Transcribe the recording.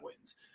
wins